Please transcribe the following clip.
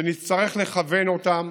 שנצטרך לכוון אותם,